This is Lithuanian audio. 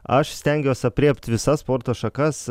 aš stengiuos aprėpt visas sporto šakas